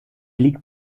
liegt